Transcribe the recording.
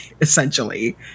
essentially